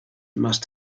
must